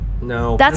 No